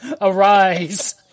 Arise